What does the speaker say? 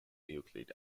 euclid